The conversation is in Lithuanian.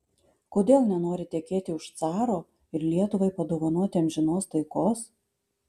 kodėl nenori tekėti už caro ir lietuvai padovanoti amžinos taikos